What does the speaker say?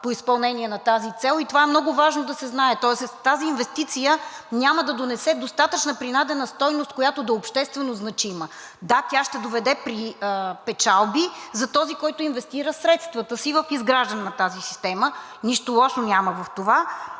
по изпълнение на тази цел. Това е много важно да се знае. Тоест тази инвестиция няма да донесе достатъчна принадена стойност, която да е обществено значима. Да, тя ще доведе печалби за този, който инвестира средствата си в изграждане на тази система – нищо лошо няма в това.